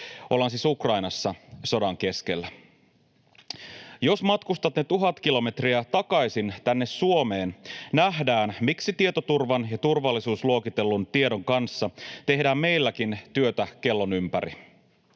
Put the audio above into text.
Ollaan siis Ukrainassa, sodan keskellä. Jos matkustat tuhat kilometriä takaisin tänne Suomeen, näet, miksi tietoturvan ja turvallisuusluokitellun tiedon kanssa tehdään meilläkin työtä kellon ympäri